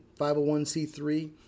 501c3